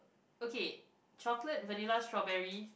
okay chocolate vanilla strawberry